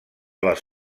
les